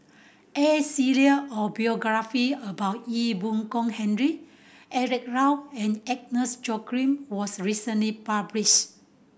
A serie of biography about Ee Boon Kong Henry Eric Low and Agnes Joaquim was recently published